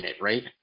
Right